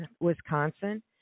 Wisconsin